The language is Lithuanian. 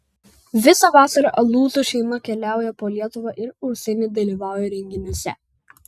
visą vasarą alūzų šeima keliauja po lietuvą ir užsienį dalyvauja renginiuose